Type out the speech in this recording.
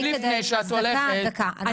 לפני שאת הולכת -- אנחנו גם נוכל להיכנס לפרוטוקול